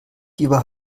fieber